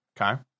okay